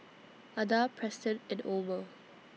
Ada Preston and Omer